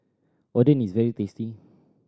Oden is very tasty